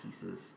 pieces